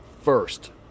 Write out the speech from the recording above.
first